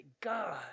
God